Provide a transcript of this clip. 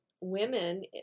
Women